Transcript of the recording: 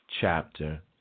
chapter